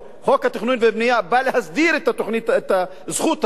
חוק התכנון והבנייה בא להסדיר את הזכות הזו.